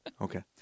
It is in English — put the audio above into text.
Okay